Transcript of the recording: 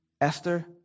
Esther